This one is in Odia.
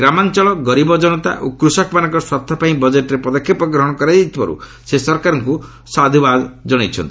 ଗ୍ରାମାଞ୍ଚଳ ଗରିବ ଜନତା ଓ କୃଷକମାନଙ୍କର ସ୍ୱାର୍ଥପାଇଁ ବଜେଟ୍ରେ ପଦକ୍ଷେପ ଗ୍ରହଣ କରାଯାଇଥିବାରୁ ସେ ସରକାରଙ୍କୁ ସାଧୁବାଦ୍ ଜଣାଇଛନ୍ତି